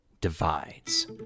Divides